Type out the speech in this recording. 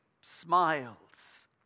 smiles